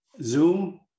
zoom